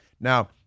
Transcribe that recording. Now